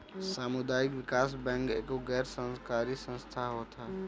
सामुदायिक विकास बैंक एगो गैर सरकारी संस्था होत हअ